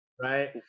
right